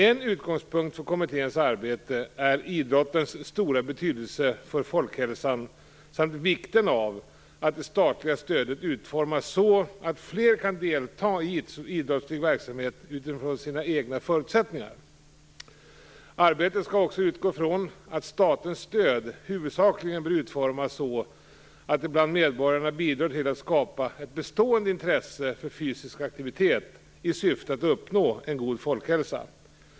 En utgångspunkt för kommitténs arbete är idrottens stora betydelse för folkhälsan samt vikten av att det statliga stödet utformas så att fler kan delta i idrottslig verksamhet utifrån sina egna förutsättningar. Arbetet skall också utgå från att statens stöd huvudsakligen bör utformas så att det bland medborgarna bidrar till att skapa ett bestående intresse för fysisk aktivitet i syfte att uppnå en god folkhälsa.